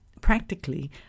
practically